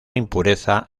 impureza